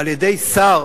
על-ידי שר